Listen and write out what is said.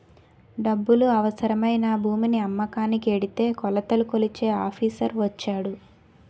డబ్బులు అవసరమై నా భూమిని అమ్మకానికి ఎడితే కొలతలు కొలిచే ఆఫీసర్ వచ్చాడు